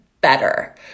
better